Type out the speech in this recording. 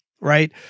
right